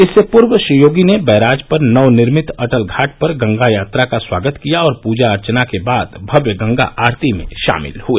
इससे पूर्व श्री योगी ने बैराज पर नवनिर्मित अटल घाट पर गंगा यात्रा का स्वागत किया और पूजा अर्चना के बाद भव्य गंगा आरती में शामिल हुए